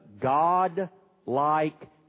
God-like